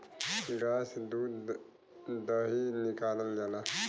गाय से दूध दही निकालल जाला